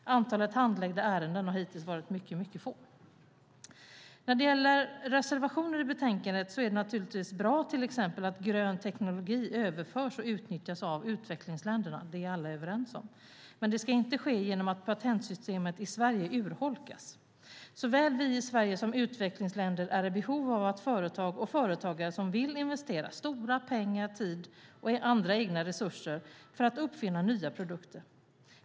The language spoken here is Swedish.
Antalet handlagda ärenden har hittills varit mycket litet. När det gäller reservationerna i betänkandet tycker jag naturligtvis att det är bra att grön teknologi överförs till och utnyttjas av utvecklingsländerna. Det är alla överens om, men det ska inte ske genom att patentsystemet i Sverige urholkas. Såväl vi i Sverige som utvecklingsländerna är i behov av företag och företagare som vill investera stora pengar, tid och andra egna resurser för att uppfinna nya produkter.